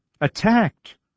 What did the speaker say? attacked